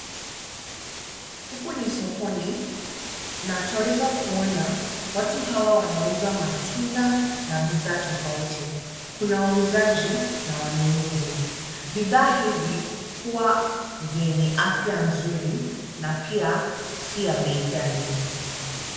Huku ni sokoni na twaweza kuona watu hawa wanauza matunda na bidhaa tofauti. Kuna wauzaji na wanunuzi, bidhaa hivi huwa vyenye afya nzuri na pia si ya bei ghali.